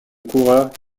coureur